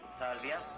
salvia